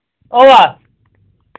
اَوا